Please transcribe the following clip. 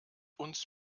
uns